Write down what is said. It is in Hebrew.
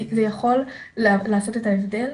כי זה יכול לעשות את ההבדל,